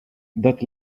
that